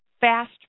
fast